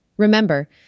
Remember